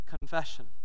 confession